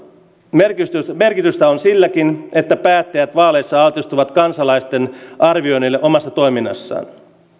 merkitystä merkitystä on silläkin että päättäjät vaaleissa altistuvat kansalaisten arvioinnille omasta toiminnastaan